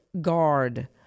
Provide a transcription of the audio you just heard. guard